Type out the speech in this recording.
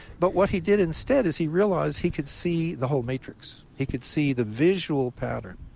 but what he did instead is he realized he could see the whole matrix. he could see the visual pattern,